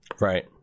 Right